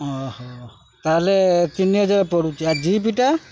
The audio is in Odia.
ହଁ ତା'ହେଲେ ତିନି ହଜାର ପଡ଼ୁଛି ଆ ଜିପ୍ଟା